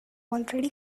already